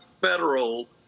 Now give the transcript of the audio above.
federal